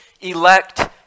elect